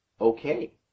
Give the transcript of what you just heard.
okay